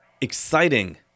exciting